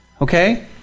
Okay